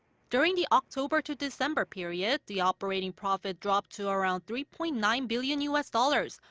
during the october to december period, the operating profit dropped to around three point nine billion u s. dollars.